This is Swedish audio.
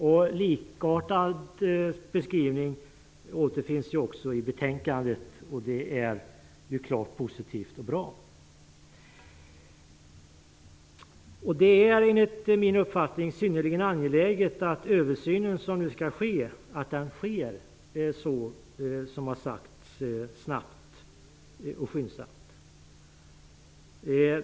En likartad beskrivning återfinns också i betänkandet och det är klart positivt och bra. Det är enligt min uppfattning synnerligen angeläget att den översyn som skall göras så som har sagts sker snabbt och skyndsamt.